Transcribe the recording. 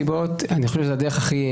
אני חושב שזו הדרך היעילה